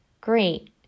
great